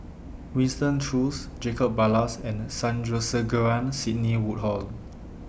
Winston Choos Jacob Ballas and Sandrasegaran Sidney Woodhull